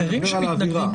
אני מדבר על האווירה.